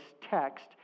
text